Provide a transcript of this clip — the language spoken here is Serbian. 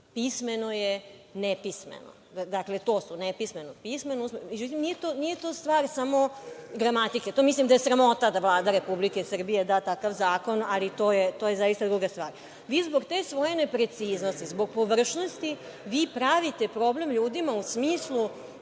Pismeno je nepismeno. Dakle, to su nepismenost, pismenost. Međutim, nije to stvar samo gramatike, to mislim da je sramota da Vlada Republike Srbije da takav zakon, ali to je zaista druga stvar. Vi zbog te svoje nepreciznosti, zbog površnosti, vi pravite problem ljudima u smislu